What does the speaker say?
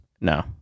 No